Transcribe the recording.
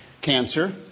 cancer